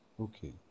Okay